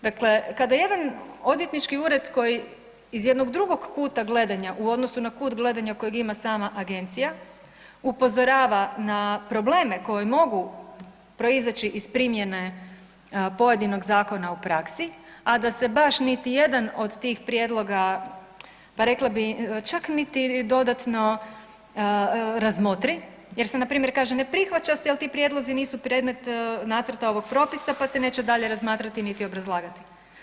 Dakle, kada jedan odvjetnički ured koji iz jednog drugog kuta gledanja u odnosu na kut gledanja kojeg ima sama agencija upozorava na probleme koji mogu proizaći iz primjene pojedinog zakona u praksi, a da se baš niti jedan od tih prijedloga pa rekla bi čak niti dodatno razmotri, jer se npr. kaže ne prihvaća se jel ti prijedlozi nisu predmet nacrta ovog propisa pa se neće dalje razmatrati niti obrazlagati.